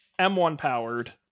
M1-powered